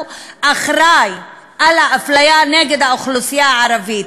אחראי לאפליה נגד האוכלוסייה הערבית,